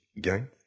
Gang